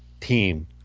team